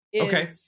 Okay